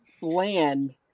land